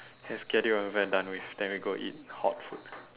let's get it over and done with it then we go eat hot food